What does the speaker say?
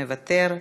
מוותר.